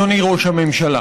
אדוני ראש הממשלה.